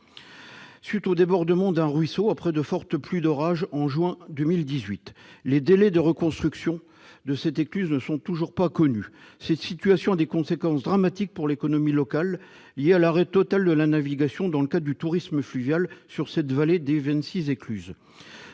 cause du débordement d'un ruisseau après de fortes pluies d'orage. Les délais de reconstruction de cette écluse ne sont toujours pas connus. Cette situation a des conséquences dramatiques pour l'économie locale en raison de l'arrêt total de la navigation qui soutient le tourisme fluvial dans cette vallée de vingt-six écluses.